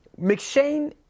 McShane